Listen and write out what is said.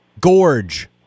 Gorge